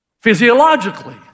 physiologically